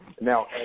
now